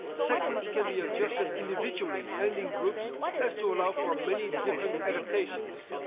segments can be adjusted individually and in groups as to allow for many different adaptations.